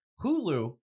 Hulu